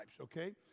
okay